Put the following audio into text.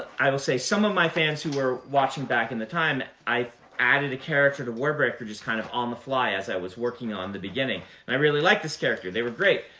i will say some of my fans who were watching back in the time, i added a character to warbreaker, just kind of on the fly as i was working on the beginning. and i really liked this character. they were great.